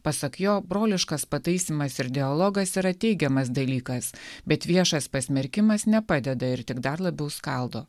pasak jo broliškas pataisymas ir dialogas yra teigiamas dalykas bet viešas pasmerkimas nepadeda ir tik dar labiau skaldo